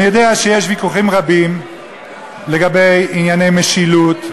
אני יודע שיש ויכוחים רבים לגבי ענייני משילות,